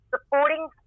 supporting